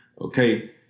okay